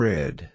Red